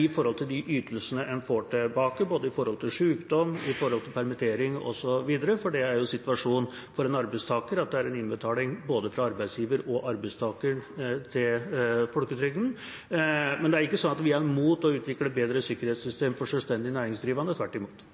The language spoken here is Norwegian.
i forhold til de ytelsene en får tilbake, både med hensyn til sykdom og med hensyn til permittering osv. For situasjonen for en arbeidstaker er jo at det er en innbetaling fra både arbeidsgiver og arbeidstaker til folketrygden. Men det er ikke sånn at vi er imot å utvikle et bedre sikkerhetssystem for selvstendig næringsdrivende – tvert imot.